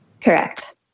Correct